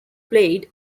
played